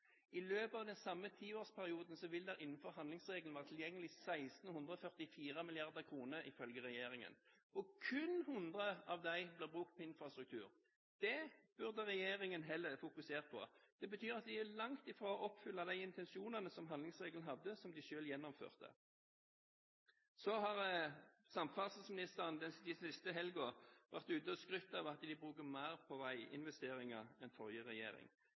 I løpet av den samme tiårsperioden vil det innenfor handlingsregelen være tilgjengelig 1 644 mrd. kr ifølge regjeringen. Kun 100 av dem blir brukt til infrastruktur. Det burde regjeringen heller fokusert på. Det betyr at de er langt fra å oppfylle intensjonene med handlingsregelen som de selv gjennomførte. Så har samferdselsministeren den siste helgen vært ute og skrytt av at en bruker mer på veiinvesteringer enn forrige regjering.